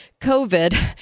COVID